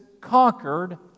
conquered